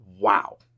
wow